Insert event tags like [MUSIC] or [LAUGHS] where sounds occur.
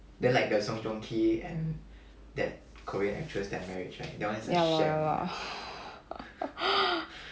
ya lor ya lor [LAUGHS]